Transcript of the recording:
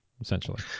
essentially